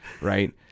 right